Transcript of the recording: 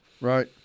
Right